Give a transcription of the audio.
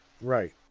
right